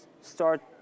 start